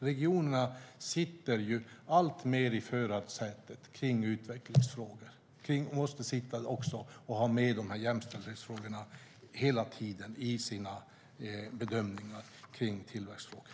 Regionerna sitter alltmer i förarsätet när det gäller utvecklingsfrågor och måste hela tiden ha med jämställdhetsfrågorna i sina bedömningar kring tillväxtfrågor.